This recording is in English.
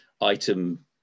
item